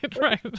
right